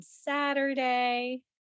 Saturday